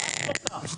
ממש לא כך.